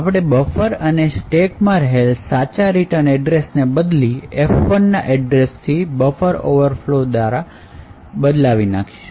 આપણે બફર ને સ્ટેક માં રહેલ સાચા રિટર્ન એડ્રેસ ને બદલે F૧ ના એડ્રેસ થી buffer overflow દ્વારા બદલાવી નાખીશું